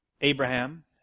Abraham